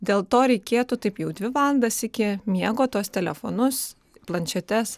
dėl to reikėtų taip jau dvi valandas iki miego tuos telefonus planšetes